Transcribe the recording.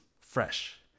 fresh